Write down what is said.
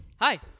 Hi